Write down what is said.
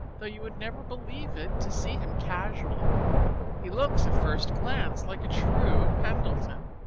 though you would never believe it to see him casually he looks at first glance like a true pendleton,